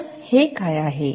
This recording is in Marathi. आता हे काय आहे